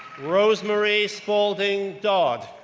rosemary spaulding dodd,